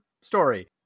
story